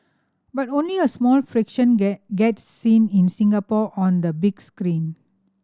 but only a small fraction get get seen in Singapore on the big screen